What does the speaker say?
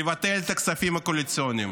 לבטל את הכספים הקואליציוניים,